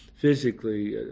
physically